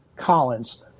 Collins